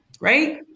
right